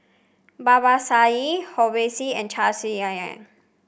Babasaheb Rohit and Chandrasekaran